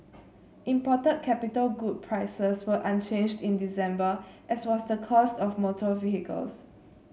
imported capital good prices were unchanged in December as was the cost of motor vehicles